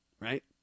right